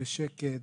בשקט,